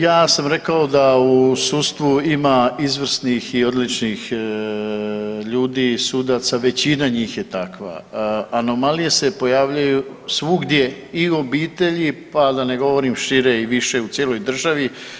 Ja sam rekao da u sudstvu ima izvrsnih i odličnih ljudi sudaca, većina njih je takva, anomalije se pojavljuju svugdje i u obitelji, pa da ne govorim šire i više u cijeloj državi.